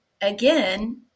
Again